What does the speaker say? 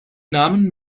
namen